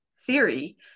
theory